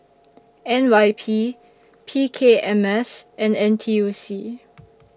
N Y P P K M S and N T U C